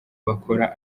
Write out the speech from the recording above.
bakora